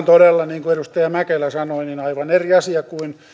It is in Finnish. todella niin kuin edustaja mäkelä sanoi aivan eri asia kuin